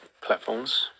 platforms